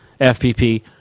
FPP